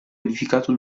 edificato